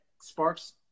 sparks